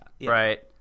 right